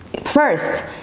first